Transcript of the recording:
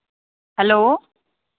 hello